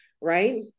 right